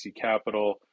Capital